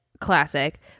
classic